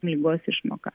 ligos išmoka